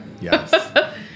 Yes